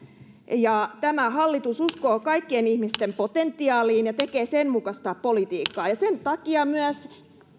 tämä hallitus uskoo kaikkien ihmisten potentiaaliin ja tekee sen mukaista politiikkaa ja sen takia myös